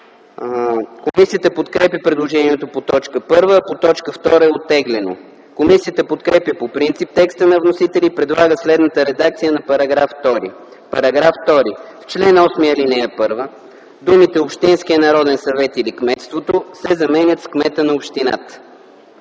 Комисията подкрепя предложението по т. 1, по т. 2 е оттеглено. Комисията подкрепя по принцип текста на вносителя и предлага следната редакция на § 2: „§ 2. В чл. 8, ал. 1 думите „общинския народен съвет или кметството” се заменят с „кмета на общината”.”